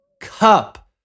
Cup